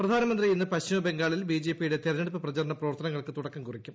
പ്രധാനമന്ത്രി ഇന്ന് പശ്ചിമബംഗാളിൽ ബി ജെ പി യുടെ തെരഞ്ഞെടുപ്പ് പ്രചാരണ പ്രവർത്തനങ്ങൾക്ക് തുടക്കം കുറിക്കും